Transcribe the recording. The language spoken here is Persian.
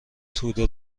توده